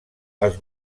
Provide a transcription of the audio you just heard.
als